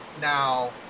Now